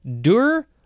Dur